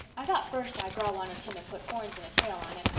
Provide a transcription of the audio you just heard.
i thought first i'd draw one of him and put horns and a tail on it,